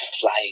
flying